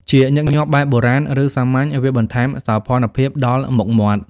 ជាញឹកញាប់បែបបុរាណ ឬសាមញ្ញ វាបន្ថែមសោភ័ណភាពដល់មុខមាត់។